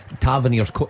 Tavernier's